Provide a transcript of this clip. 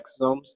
exosomes